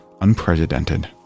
unprecedented